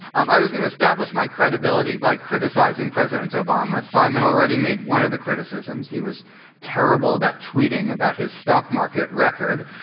um i was going to establish my credibility by criticizing president obama. simon already made one of the criticisms. he was terrible about tweeting about his stock market record.